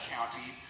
County